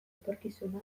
etorkizuna